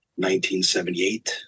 1978